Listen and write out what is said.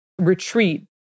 Retreat